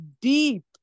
deep